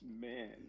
man